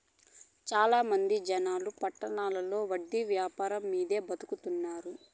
చాలా మంది జనాలు పట్టణాల్లో వడ్డీ యాపారం మీదే బతుకుతున్నారు